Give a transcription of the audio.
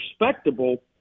respectable